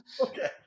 Okay